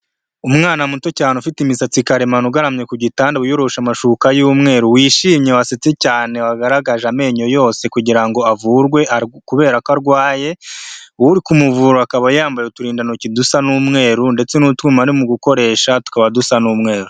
Umwana muto cyane, ufite imisatsi karemano, ugaramye ku gitanda, wiyoroshe amashuka y'umweru, wishimye wasetse cyane, wagaragaje amenyo yose kugira ngo avurwe kubera ko arwaye, uri kumuvura akaba yambaye uturindantoki dusa n'umweru ndetse n'utwuma arimo gukoresha tukaba dusa n'umweru.